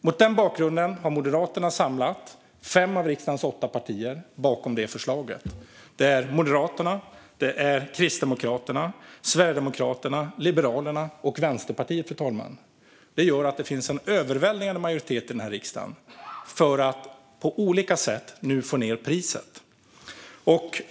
Mot den bakgrunden har Moderaterna samlat fem av riksdagens åtta partier bakom detta förslag. Det är Moderaterna, Kristdemokraterna, Sverigedemokraterna, Liberalerna och Vänsterpartiet. Detta gör att det finns en överväldigande majoritet i den här riksdagen för att på olika sätt nu få ned priset.